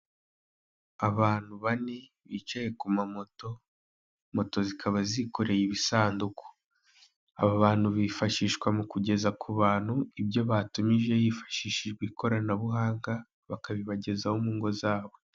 Abantu bane bicaye ku ma moto, moto zikaba zikoreye ibisanduku, aba bantu bifashishwa mu kugeza ku bantu ibyo batumijeho hifashishijwe ikoranabuhanga bakabibagezaho mu ngo zabo.